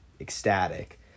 ecstatic